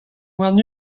warn